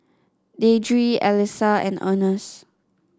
Deidre Allyssa and Earnest